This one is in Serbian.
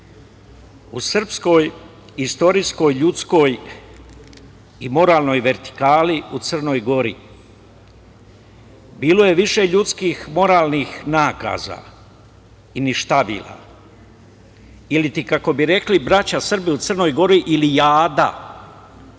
u srpskoj, istorijskoj, ljudskoj i moralnoj vertikali u Crnoj Gori, bilo je više ljudskih moralnih nakaza i ništavila ili ti kako bi rekli braća Srbi u Crnoj Gori, ili